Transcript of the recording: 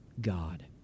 God